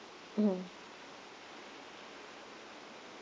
mmhmm